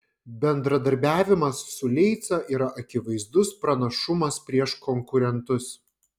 bendradarbiavimas su leica yra akivaizdus pranašumas prieš konkurentus